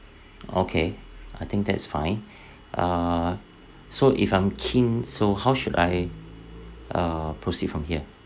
okay I think that's fine err so if I'm keen so how should I uh proceed from here